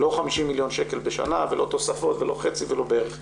לא 50 מיליון שקל בשנה ולא תוספות ולא חצי ולא בערך.